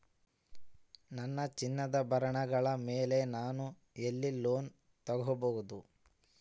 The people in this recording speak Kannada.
ನನ್ನ ಚಿನ್ನಾಭರಣಗಳ ಮೇಲೆ ನಾನು ಎಲ್ಲಿ ಲೋನ್ ತೊಗೊಬಹುದು?